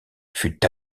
fut